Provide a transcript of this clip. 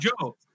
Joe